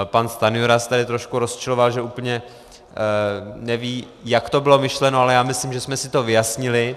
Pan Stanjura se tady trošku rozčiloval, že úplně neví, jak to bylo myšleno, ale já myslím, že jsme si to vyjasnili.